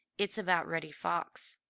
it's about reddy fox,